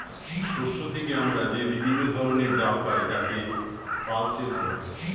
শস্য থেকে আমরা যে বিভিন্ন ধরনের ডাল পাই তাকে পালসেস বলে